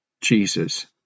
Jesus